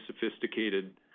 sophisticated